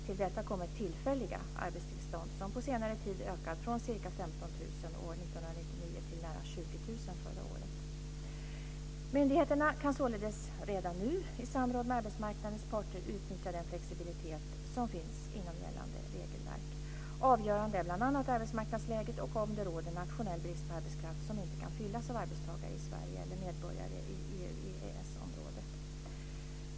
Till detta kommer tillfälliga arbetstillstånd som på senare tid ökat, från ca 15 000 år 1999 till nära 20 000 förra året. Myndigheterna kan således redan nu i samråd med arbetsmarknadens parter utnyttja den flexibilitet som finns inom gällande regelverk. Avgörande är bl.a. arbetsmarknadsläget och om det råder nationell brist på arbetskraft som inte kan fyllas av arbetstagare i Sverige eller medborgare i EU/EES-området.